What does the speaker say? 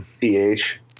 ph